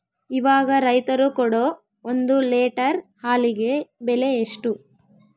ಇವಾಗ ರೈತರು ಕೊಡೊ ಒಂದು ಲೇಟರ್ ಹಾಲಿಗೆ ಬೆಲೆ ಎಷ್ಟು?